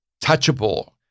touchable